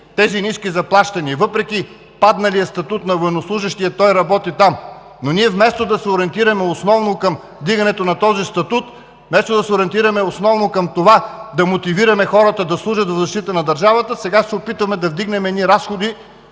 тези ниски заплащания, въпреки падналия статут на военнослужещия, те работят там. Но ние вместо да се ориентираме основно към вдигането на този статут, вместо да се ориентираме основно към това да мотивираме хората да служат в защита на държавата, сега се опитваме да вдигнем едни разходи,